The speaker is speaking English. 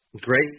Great